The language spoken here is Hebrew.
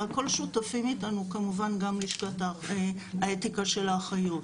והכול שותפים איתנו כמובן גם לשכת האתיקה של האחיות.